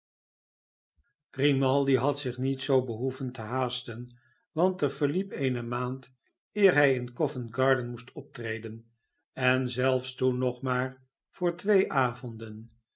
grimaldi had zich niet zoo behoeven te haasten want er verliep eene maand eer hij in covent-garden moest optreden en zelfs toen nog maar voor twee avonden